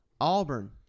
Auburn